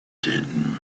did